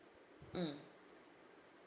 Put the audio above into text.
mm